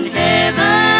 heaven